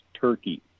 Turkey